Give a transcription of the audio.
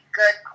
good